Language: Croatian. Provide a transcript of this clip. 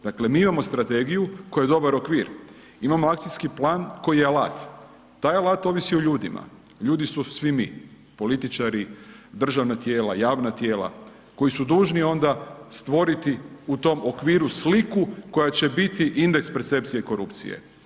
Dakle, mi imamo strategiju koja je dobar okvir, imamo akcijski plan koji je alat, taj alat ovisi o ljudima ljudi smo svi mi, političari, državna tijela, javna tijela koji su dužni onda stvoriti u tom okviru sliku koja će biti indeks percepcije korupcije.